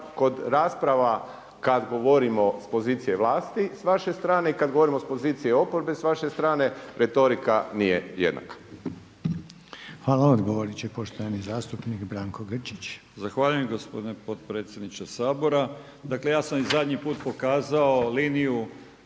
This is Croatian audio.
kod rasprava kad govorimo sa pozicije vlasti sa vaše strane i kad govorimo sa pozicije oporbe sa vaše strane retorika nije jednaka. **Reiner, Željko (HDZ)** Hvala. Odgovorit će poštovani zastupnik Branko Grčić. **Grčić, Branko (SDP)** Zahvaljujem gospodine potpredsjedniče Sabora. Dakle ja sam i zadnji put pokazao liniju